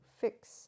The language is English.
fix